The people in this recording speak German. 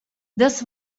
das